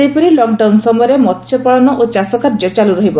ସେହିପରି ଲକ୍ଡାଉନ୍ ସମୟରେ ମହ୍ୟପାଳନ ଓ ଚାଷକାର୍ଯ୍ୟ ଚାଲୁରହିବ